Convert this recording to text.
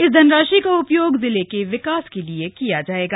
इस धनराशि का उपयोग जिला के विकास के लिए किया जाएगा